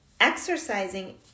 exercising